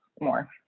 more